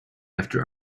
after